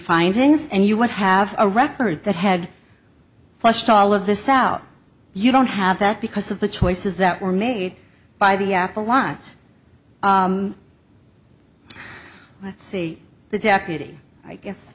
findings and you would have a record that had flushed all of this out you don't have that because of the choices that were made by the apple wants to see the deputy i guess